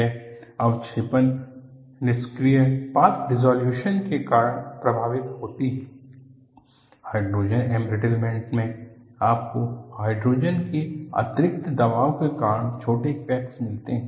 यह अवक्षेपन निष्क्रिय पाथ डिस्सॉलयूश्न के कारण प्रभावित होती है हाइड्रोजन एंब्रिटलमेंट में आपको हाइड्रोजन के आंतरिक दबाव के कारण छोटे क्रैक्स मिलते हैं